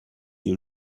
you